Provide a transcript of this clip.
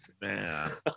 man